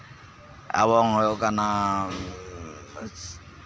ᱮᱵᱚᱝ ᱦᱩᱭᱩᱜ ᱠᱟᱱᱟ